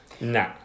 No